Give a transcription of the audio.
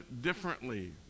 differently